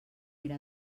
era